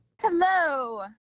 hello